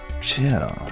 Chill